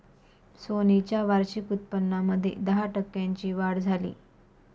Sony च्या वार्षिक उत्पन्नामध्ये दहा टक्क्यांची वाढ झाली